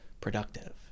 productive